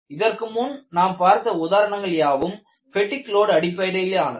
இதற்கு முன் நாம் பார்த்த உதாரணங்கள் யாவும் பெடிக் லோட் அடிப்படையிலானது